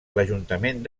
l’ajuntament